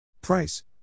Price